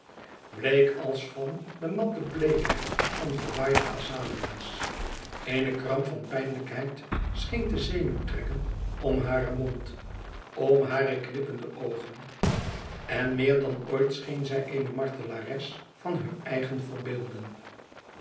bleek als van de matte bleekheid van verwaaide azalea's eene kramp van pijnlijkheid scheen te zenuwtrekken om haren mond om hare knippende oogen en meer dan ooit scheen zij eene martelares van heur eigen verbeelden